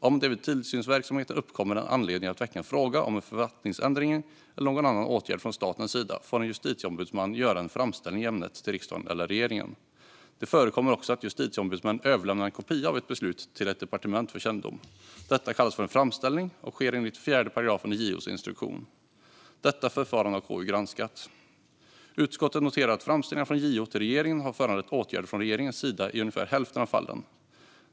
Om det vid tillsynsverksamheten uppkommer en anledning att väcka en fråga om en författningsändring eller någon annan åtgärd från statens sida får en justitieombudsman göra en framställning i ämnet till riksdagen eller regeringen. Det förekommer också att en justitieombudsman överlämnar en kopia av ett beslut till ett departement för kännedom. Detta kallas för framställning och sker enligt 4 § i JO:s instruktion. Detta förfarande har KU granskat. Utskottet noterar att framställningarna från JO till regeringen har föranlett åtgärder från regeringens sida i ungefär hälften av fallen.